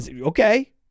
Okay